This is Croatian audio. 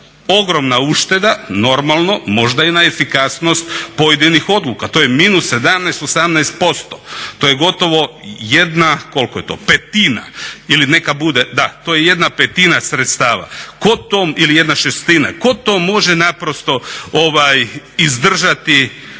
Ogromna ušteda, normalno, možda i na efikasnost pojedinih odluka. To je – 17, 18%. To je gotovo jedna petina ili neka bude, da, to je jedna petina sredstava ili jedna šestina. Tko to može naprosto izdržati?